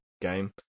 game